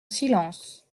silence